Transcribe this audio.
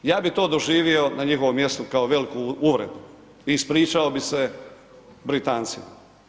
Ja bi to doživio na njihovom mjestu kao veliku uvredu i ispričao bi se Britancima.